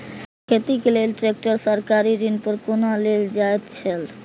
खेती के लेल ट्रेक्टर सरकारी ऋण पर कोना लेल जायत छल?